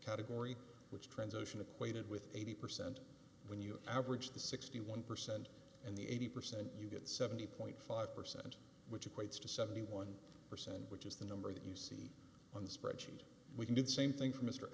category which trans ocean equated with eighty percent when you average the sixty one percent and the eighty percent you get seventy five percent which equates to seventy one percent which is the number that you see on the spreadsheet we can do the same thing for m